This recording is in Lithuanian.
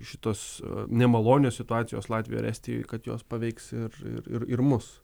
šitos nemalonios situacijos latvijoj ir estijoj kad jos paveiks ir ir ir mus